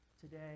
today